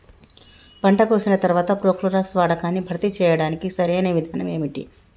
పంట కోసిన తర్వాత ప్రోక్లోరాక్స్ వాడకాన్ని భర్తీ చేయడానికి సరియైన విధానం ఏమిటి?